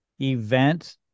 event